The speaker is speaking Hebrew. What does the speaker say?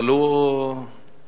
אבל הוא תורן,